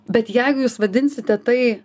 bet jeigu jūs vadinsite tai